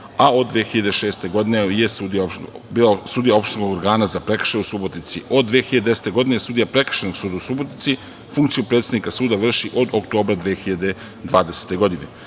a od 2006. godine je bila sudija Opštinskog organa za prekršaje u Subotici. Od 2010. godine je sudija Prekršajnog suda u Subotici. Funkciju predsednika suda vrši od oktobra 2020. godine.